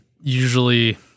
usually